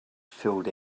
filled